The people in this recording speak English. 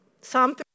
Psalm